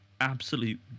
Absolute